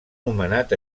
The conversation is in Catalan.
nomenat